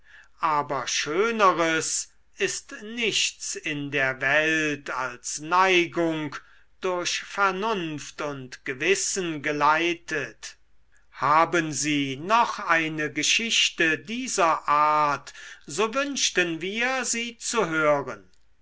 aber schöneres ist nichts in der welt als neigung durch vernunft und gewissen geleitet haben sie noch eine geschichte dieser art so wünschten wir sie zu hören